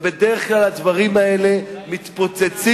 ובדרך כלל הדברים האלה מתפוצצים,